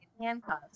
handcuffs